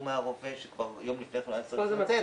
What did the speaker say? מהרופא שכבר יום לפני כן הוא החלים.